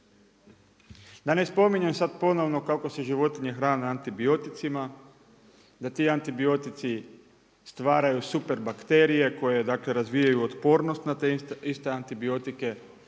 Da ne spominjem sada ponovno kako se životinje hrane antibioticima, da ti antibiotici stvaraju super bakterije koje dakle razvijaju otpornost na te iste antibiotike